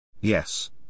Yes